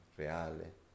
reale